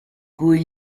cui